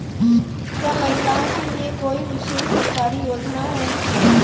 क्या महिलाओं के लिए कोई विशेष सरकारी योजना है?